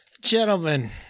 Gentlemen